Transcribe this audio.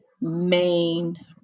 main